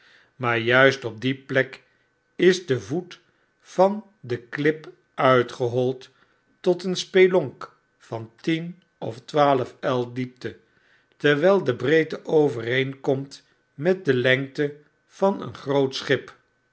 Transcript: maar juist op die plek is de voet van de klip uitgehold tot een spelonk van tien of twaalf el diepte terwijl de breedte overeenkomt met de lengte van een groot schip